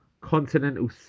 Continental